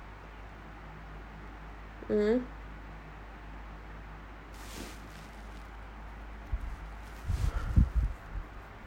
mmhmm